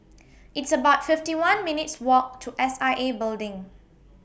It's about fifty one minutes' Walk to S I A Building